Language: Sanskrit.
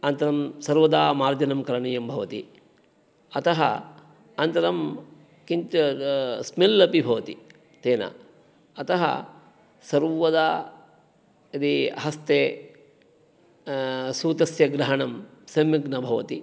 अनन्तरं सर्वदा मार्जनं करणीयं भवति अतः अनन्तरं स्मेल् अपि न भवति तेन अतः सर्वदा यदि हस्ते स्यूतस्य ग्रहणं सम्यक् न भवति